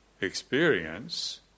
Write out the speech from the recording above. experience